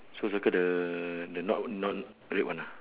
so circle the the not not red one ah